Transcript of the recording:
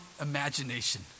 imagination